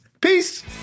Peace